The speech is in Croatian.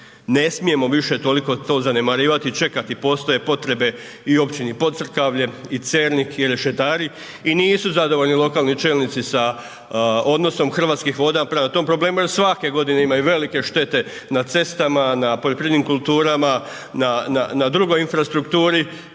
Ne smijemo više toliko to zanemarivati i čekati, postoje potrebe i općini Pocrkavlje i Cernik i Rešetari i nisu zadovoljni lokalni čelnici sa odnosnom Hrvatskih voda prema tom problemu jer svake godine imaju velike štete na cestama, na poljoprivrednim kulturama, na drugoj infrastrukturi